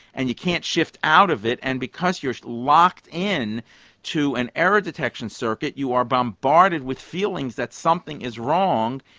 and you can't shift out of it and because you're locked in to an error detection circuit, you are bombarded with feelings that something is wrong,